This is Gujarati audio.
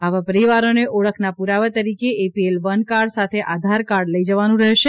આવા પરિવારોને ઓળખ ના પુરાવા તરીકે A P L one card સાથે આધાર કાર્ડ લઈ જવાનું રહેશે